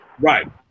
Right